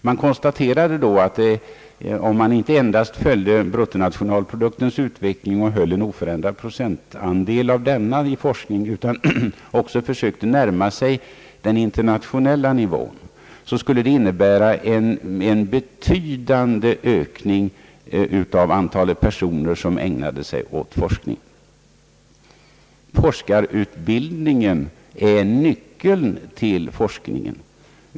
Man konstaterade då att om man inte endast följde bruttonationalproduktens utveckling och höll en oförändrad procentandel av denna i forskningen utan också försökte närma sig den internationella nivån, så skulle det innebära en betydande ökning av antalet personer som ägnade sig åt forskning. Forskarutbildningen är nyckeln till forskningen.